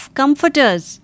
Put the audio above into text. comforters